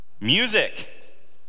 Music